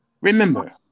remember